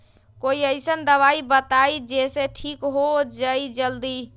कोई अईसन दवाई बताई जे से ठीक हो जई जल्दी?